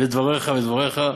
את דבריך ואת דברי חבריך,